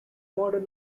modern